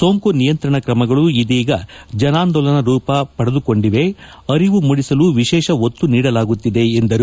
ಸೋಂಕು ನಿಯಂತ್ರಣ ಕ್ರಮಗಳು ಇದೀಗ ಜನಾಂದೋಲನ ಸ್ವರೂಪ ಪಡೆದುಕೊಂಡಿವೆ ಅರಿವು ಮೂಡಿಸಲು ವಿಶೇಷ ಒತ್ತು ನೀಡಲಾಗುತ್ತಿದೆ ಎಂದರು